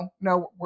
no